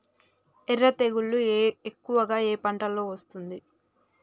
ఎర్ర తెగులు ఎక్కువగా ఏ పంటలో వస్తుంది?